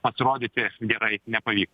atrodyti gerai nepavyks